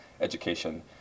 education